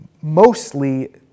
mostly